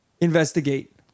Investigate